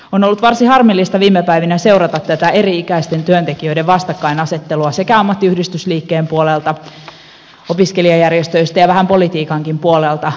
on ollut varsin harmillista viime päivinä seurata tätä eri ikäisten työntekijöiden vastakkainasettelua sekä ammattiyhdistysliikkeen puolelta opiskelijajärjestöistä että vähän politiikankin puolelta